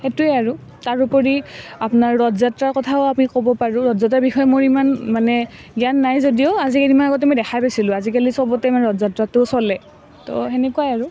সেইটোৱে আৰু তাৰোপৰি আপোনাৰ ৰথযাত্ৰাৰ কথাও আমি ক'ব পাৰোঁ ৰথযাত্ৰাৰ বিষয়ে মোৰ ইমান মানে জ্ঞান নাই যদিও আজি কেইদিনমানৰ আগতে মই দেখাই পাইছিলোঁ আজিকলি চবতে মানে ৰথযাত্ৰাটো চলে তো সেনেকুৱাই আৰু